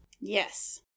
Yes